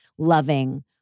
loving